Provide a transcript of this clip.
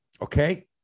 Okay